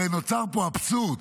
הרי נוצר פה אבסורד,